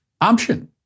option